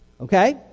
Okay